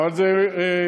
אבל זה עורכי-דין,